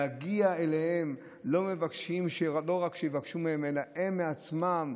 להגיע אליהם, לא רק כשיבקשו מהם אלא הם מעצמם,